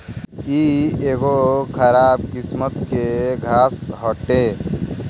इ एगो खराब किस्म के घास हटे